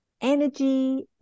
energy